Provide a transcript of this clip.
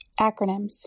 Acronyms